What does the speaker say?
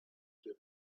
two